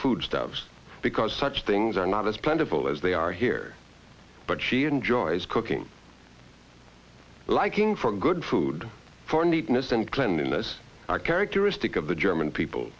foodstuffs because such things are not as plentiful as they are here but she enjoys cooking liking for good food for neatness and cleanin this characteristic of the german people